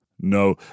No